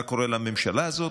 מה קורה לממשלה הזאת?